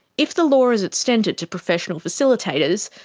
if the law is extended to professional facilitators,